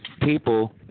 people